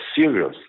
serious